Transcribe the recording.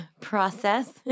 process